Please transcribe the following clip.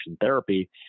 therapy